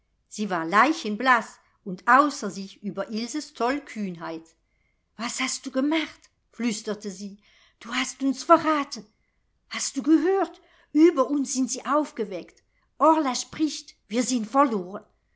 sie war leichenblaß und außer sich über ilses tollkühnheit was hast du gemacht flüsterte sie du hast uns verraten hast du gehört ueber uns sind sie aufgeweckt orla spricht wir sind verloren